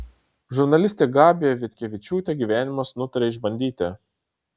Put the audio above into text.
žurnalistę gabiją vitkevičiūtę gyvenimas nutarė išbandyti